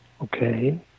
okay